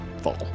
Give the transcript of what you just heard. fall